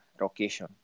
location